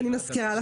כן.